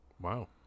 Wow